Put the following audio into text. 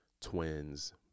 twins